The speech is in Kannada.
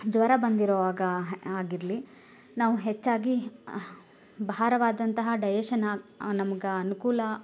ಜ್ವರ ಬಂದಿರುವಾಗ ಆಗಿರಲಿ ನಾವು ಹೆಚ್ಚಾಗಿ ಭಾರವಾದಂತಹ ಡೈಜೇಷನ್ ಆಗಿ ನಮಗ ಅನುಕೂಲ